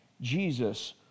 Jesus